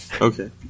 Okay